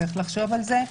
צריך לחשוב על זה.